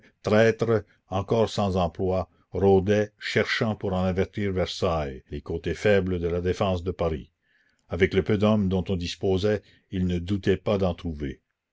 ducatel traître encore sans emploi rôdait cherchant pour en avertir versailles les côtés faibles de la défense de paris avec le peu d'hommes dont on disposait il ne doutait pas d'en trouver